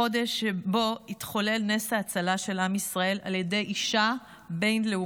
החודש שבו התחולל נס ההצלה של עם ישראל על ידי אישה בין-לאומית.